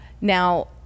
Now